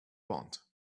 want